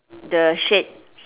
the shade